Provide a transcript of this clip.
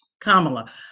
Kamala